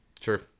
Sure